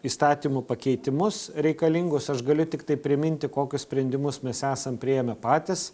įstatymų pakeitimus reikalingus aš galiu tiktai priminti kokius sprendimus mes esam priėmę patys